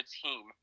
team